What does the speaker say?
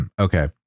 okay